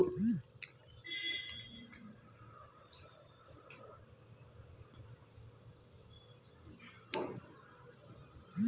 ಈ ಕಾರ್ಡ್ ಕಳೆದು ಹೋದರೆ ಬ್ಲಾಕ್ ಮಾಡಬಹುದು?